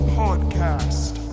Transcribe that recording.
podcast